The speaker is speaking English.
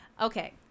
Okay